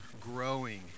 growing